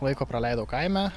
laiko praleidau kaime